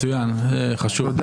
מצוין, זה חשוב.